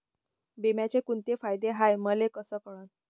बिम्याचे कुंते फायदे हाय मले कस कळन?